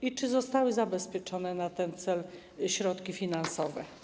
I czy zostały zabezpieczone na ten cel środki finansowe?